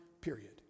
period